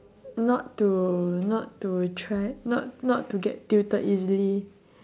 not to not to try not not to get tilted easily